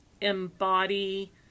embody